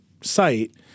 site